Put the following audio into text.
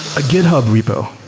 a github repo,